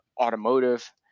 automotive